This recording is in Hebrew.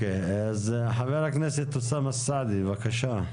חבר הכנסת אוסאמה סעדי, בבקשה.